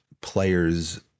players